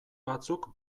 batzuk